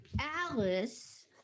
Alice